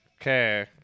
Okay